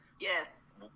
yes